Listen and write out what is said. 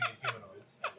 humanoids